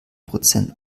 prozent